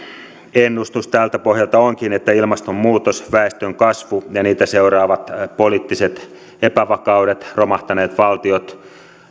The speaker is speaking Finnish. ennustus tältä pohjalta onkin että ilmastonmuutos väestönkasvu ja niitä seuraavat poliittiset epävakaudet romahtaneet valtiot